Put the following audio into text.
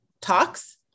talks